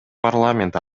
парламент